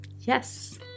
Yes،